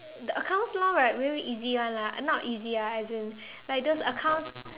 the accounts law right very easy [one] lah not easy ah as in like those accounts